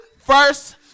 First